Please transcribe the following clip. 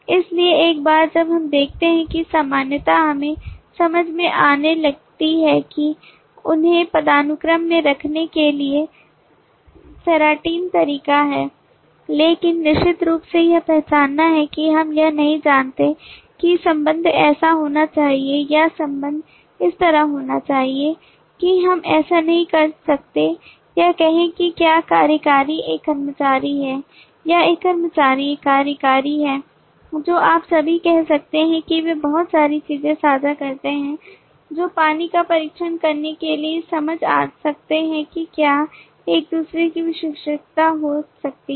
इसलिए एक बार जब हम देखते हैं कि समानता हमें समझ में आने लगती है कि उन्हें पदानुक्रम में रखने के लिए सेराटिन तरीका है लेकिन निश्चित रूप से यह पहचानना है कि हम यह नहीं जानते कि संबंध ऐसा होना चाहिए या संबंध इस तरह होना चाहिए कि हम ऐसा नहीं कर सकते यह कहें कि क्या कार्यकारी एक कर्मचारी है या एक कर्मचारी एक कार्यकारी है जो आप सभी कह सकते हैं कि वे बहुत सारी चीजें साझा करते हैं जो पानी का परीक्षण करने के लिए समझ सकते हैं कि क्या एक दूसरे की विशेषज्ञता हो सकती है